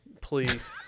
Please